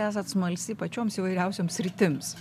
esat smalsi pačioms įvairiausioms sritims